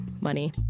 money